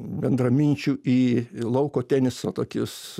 bendraminčių į lauko teniso tokius